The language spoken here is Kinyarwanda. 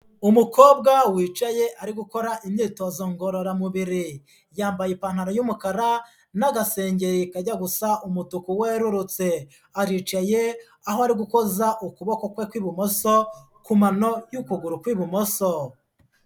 Umukobwa wicaye ari gukora imyitozo ngororamubiriye. Yambaye ipantaro y'umukara n'agasengeri kajya gusa umutuku werurutse. Aricaye, aho ari gukoza ukuboko kwe kw'ibumoso, ku mano y'ukuguru kw'ibumoso.